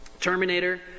Terminator